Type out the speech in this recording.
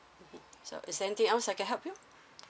mm so is there anything else I can help you